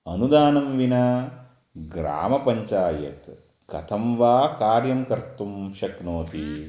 अनुदानं विना ग्रामपञ्चायत् कथं वा कार्यं कर्तुं शक्नोति